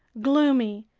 gloomy,